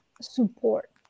support